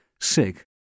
sick